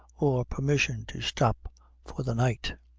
or permission to stop for the night.